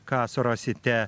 ką surasite